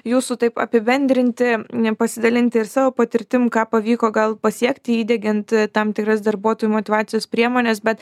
jūsų taip apibendrinti pasidalinti ir savo patirtim ką pavyko gal pasiekti įdiegiant tam tikras darbuotojų motyvacijos priemones bet